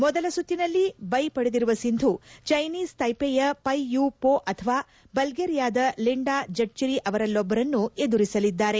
ಮೊದಲ ಸುತ್ತಿನಲ್ಲಿ ಬೈ ಪಡೆದಿರುವ ಸಿಂಧೂ ಚೈನೀಸ್ ತೈಪೆಯ ಪೈ ಯು ಪೊ ಅಥವಾ ಬಲ್ಲೇರಿಯಾದ ಲಿಂಡಾ ಜೆಟ್ಟರಿ ಅವರೊಲ್ಲಬರನ್ನು ಎದುರಿಸಲಿದ್ದಾರೆ